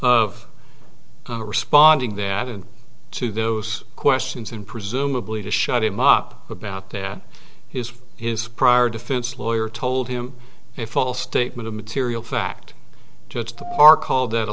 of responding that and to those questions and presumably to shut him up about that his his prior defense lawyer told him a false statement of material fact just call that a